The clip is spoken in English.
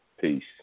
Peace